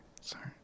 sorry